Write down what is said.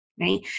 right